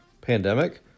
pandemic